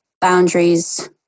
boundaries